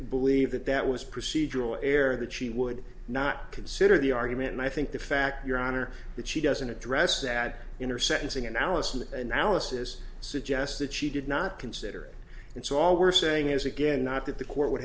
believe that that was procedural error that she would not consider the argument and i think the fact your honor that she doesn't address that in her sentencing analysis analysis suggests that she did not consider and so all we're saying is again not that the court would